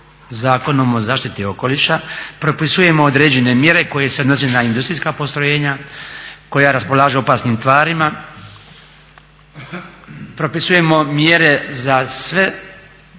Zakonom o zaštiti okoliša propisujemo određene mjere koje se odnose na industrijska postrojenja koja raspolažu opasnim tvarima. Propisujemo mjere za sve